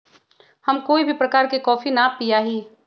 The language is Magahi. हम कोई भी प्रकार के कॉफी ना पीया ही